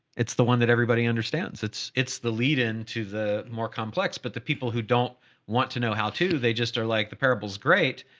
it's the one that everybody understands. it's, it's the lead into the more complex, but the people who don't want to know how to, they just are like the parables. great.